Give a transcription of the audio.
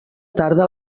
tarda